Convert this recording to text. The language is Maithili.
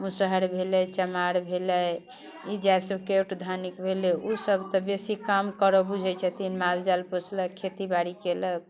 मुसहर भेलै चमार भेलै ई जाति सभ किओट धानुक भेलै ओ सभ तऽ बेसी काम करऽ बुझैत छथिन माल जाल पोसलक खेती बाड़ी कयलक